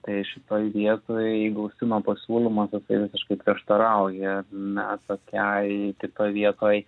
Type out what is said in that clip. tai šitoj vietoj gaustino pasiūlymas jisai visiškai prieštarauja na tokiai kitoj vietoj